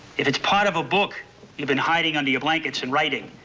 if it's part of a book you've been hiding under your blankets and writing,